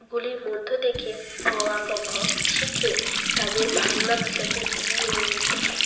গুলির মধ্য থেকে অ আ ক খ শিখে তাদের বাংলা ভাষাকে এগিয়ে নিই যেতে হয়